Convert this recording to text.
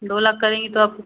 दो लाख करेंगी तो आपको